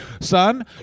son